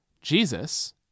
Jesus